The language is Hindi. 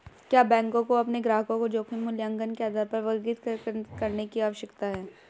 क्या बैंकों को अपने ग्राहकों को जोखिम मूल्यांकन के आधार पर वर्गीकृत करने की आवश्यकता है?